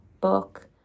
book